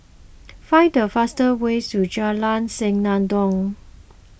find the fastest ways to Jalan Senandong